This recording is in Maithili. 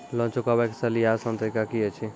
लोन चुकाबै के सरल या आसान तरीका की अछि?